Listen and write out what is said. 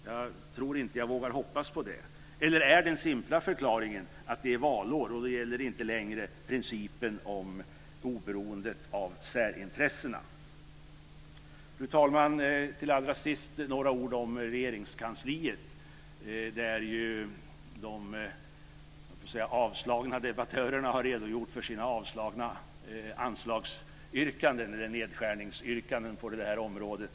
Jag tror inte att jag vågar hoppas på det. Eller är den simpla förklaringen att det är valår, och då gäller inte längre principen om oberoendet av särintressena? Fru talman! Allra sist några ord om Regeringskansliet, där ju - låt mig säga så - de avslagna debattörerna har redogjort för sina avslagna nedskärningsyrkanden på det här området.